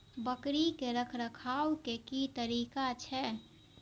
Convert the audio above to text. बकरी के रखरखाव के कि तरीका छै?